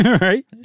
Right